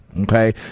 Okay